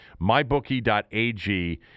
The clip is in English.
MyBookie.ag